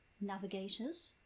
Navigators